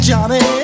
Johnny